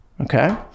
Okay